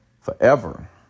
forever